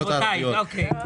רבותיי, אוקיי.